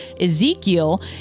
Ezekiel